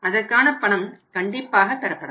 அதற்கான பணம் கண்டிப்பாக பெறப்படும்